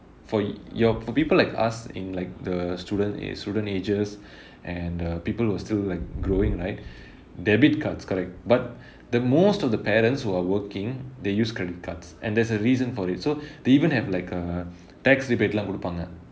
for your for people like us in like the student student ages and uh people who are still like growing right debit cards correct but the most of the parents who are working they use credit cards and there's a reason for it so they even have like a tax rebate லாம் கொடுப்பாங்க:laam kodupaanga